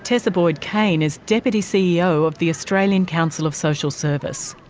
tessa boyd-caine is deputy ceo of the australian council of social service.